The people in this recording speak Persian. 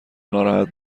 ناراحت